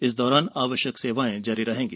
इस दौरान आवश्यक सेवाएं जारी रहेगी